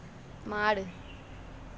மாடு:maadu